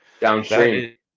downstream